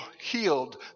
healed